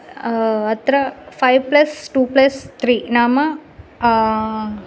अत्र five plus two plus त्रि नाम